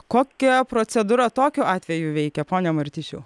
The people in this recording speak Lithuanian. kokia procedūra tokiu atveju veikia pone martišiau